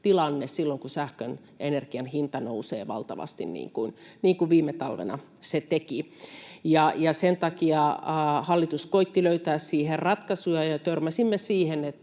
tilanne silloin, kun sähkön ja energian hinta nousee valtavasti, niin kuin viime talvena se teki. Hallitus koetti löytää siihen ratkaisuja, ja törmäsimme siihen,